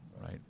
right